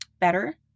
better